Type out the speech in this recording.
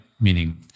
Meaning